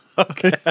Okay